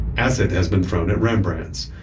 acid has been thrown at rembrandts.